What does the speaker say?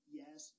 yes